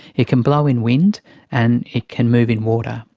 it can blow in wind and it can move in water,